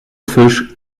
fisch